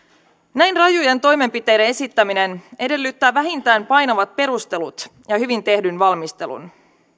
näin rajujen toimenpiteiden esittäminen edellyttää vähintään painavat perustelut ja hyvin tehdyn valmistelun